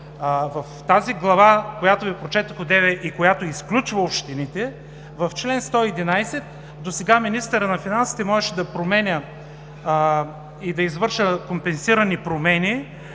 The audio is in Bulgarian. в главата, която Ви прочетох преди малко и която изключва общините, в чл. 111 досега министърът на финансите можеше да променя и да извършва компенсирани промени